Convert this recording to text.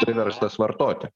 priverstas vartoti